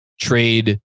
Trade